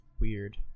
weird